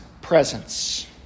presence